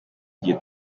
gihe